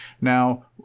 Now